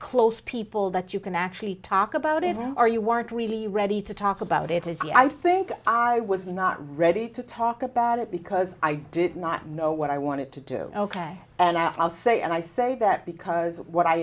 close people that you can actually talk about it or you weren't really ready to talk about it is the i think i was not ready to talk about it because i did not know what i wanted to do ok and i'll say and i say that because what i